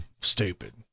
Stupid